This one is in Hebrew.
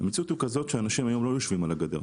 המציאות היא כזאת שאנשים לא יושבים היום על הגדר,